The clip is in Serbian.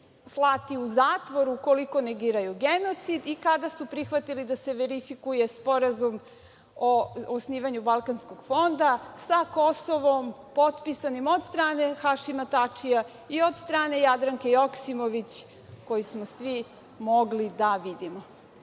slati u zatvor ukoliko negiraju genocid i kada su prihvatili da se verifikuje Sporazum o osnivanju Balkanskog fonda sa Kosovom, potpisanim od strane Hašima Tačija i od strane Jadranke Joksimović, koji smo svi mogli da vidimo.